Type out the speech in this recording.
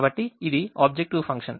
కాబట్టి ఇది objective function